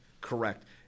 Correct